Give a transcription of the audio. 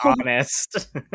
honest